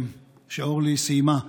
שאורלי סיימה בה.